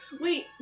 Wait